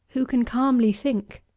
who can calmly think?